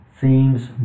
themes